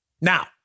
Now